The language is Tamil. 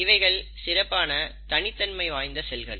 இவைகள் சிறப்பான தனித்தன்மை வாய்ந்த செல்கள்